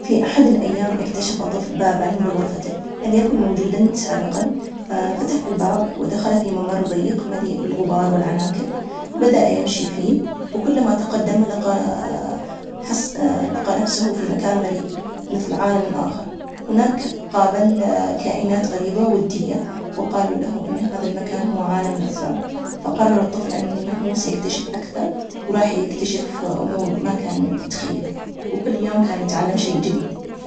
فاحد الأيام أكتشف طفل باب بغرفتة ما كان موجود مسبقاً, فتح الباب ولقى حاله بعالم غريب مليانة ألوان وحيوانات تتكلم, وصادف صديقٍ جديد, قطة سحرية, ساعدته إنه يرجع للواقع عن طريق حل الألغاز, كل لغز كان يحلهو كان يعلمه شي عن الشجاعة والصداقة, وبعد ما حل الألغاز رجع لغرفته ول- اهله.